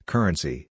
Currency